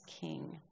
king